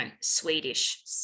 Swedish